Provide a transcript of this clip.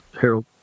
Harold